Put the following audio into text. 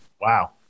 Wow